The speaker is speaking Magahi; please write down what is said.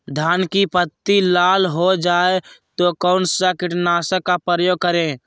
धान की पत्ती लाल हो गए तो कौन सा कीटनाशक का प्रयोग करें?